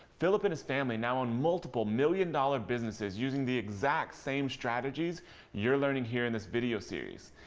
philip and his family now own multiple million dollar businesses using the exact same strategies you're learning here in this video series.